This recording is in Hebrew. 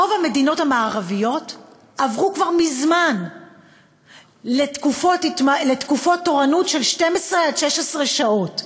רוב המדינות המערביות עברו כבר מזמן לתקופות תורנות של 12 16 שעות.